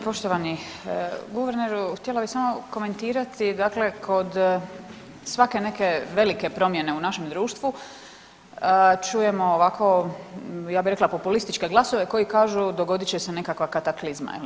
Poštovani guverneru, htjela bi samo komentirati dakle kod svake neke velike promjene u našem društvu čujemo ovako ja bi rekla populističke glasove koji kažu dogodit će se nekakva kataklizma je li.